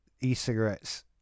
e-cigarettes